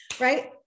right